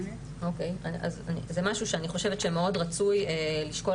זה משהו שאני חושבת שמאוד רצוי לשקול